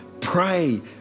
pray